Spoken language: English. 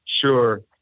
Sure